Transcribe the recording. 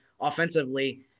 offensively